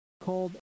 called